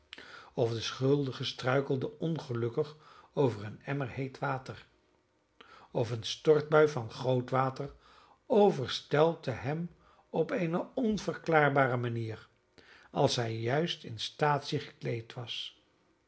of de schuldige struikelde ongelukkig over een emmer heet water of een stortbui van gootwater overstelpte hem op eene onverklaarbare manier als hij juist in staatsie gekleed was